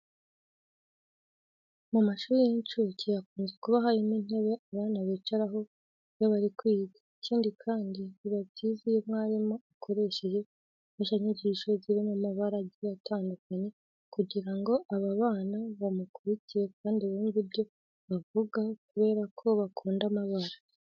Mu mashuri y'incuke hakunze kuba harimo intebe abana bicaraho iyo bari kwiga. Ikindi kandi biba byiza iyo umwarimu akoresheje imfashanyigisho ziri mu mabara agiye atandukanye kugira ngo aba bana bamukurikire kandi bumve ibyo avuga kubera ko bakunda amabara.